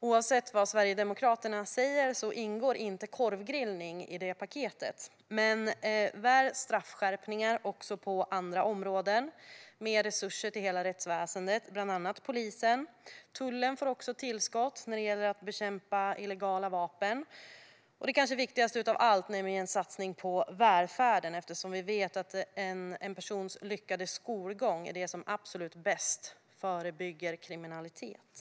Oavsett vad Sverigedemokraterna säger ingår inte korvgrillning i detta paket, men väl straffskärpningar - även på andra områden - och mer resurser till hela rättsväsendet, bland annat polisen. Också tullen får tillskott för att bekämpa illegala vapen. Det kanske viktigaste av allt är en satsning på välfärden. Vi vet ju att en persons lyckade skolgång är det som absolut bäst förebygger kriminalitet.